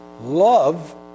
Love